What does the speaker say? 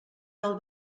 del